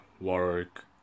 work